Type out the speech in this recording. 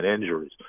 injuries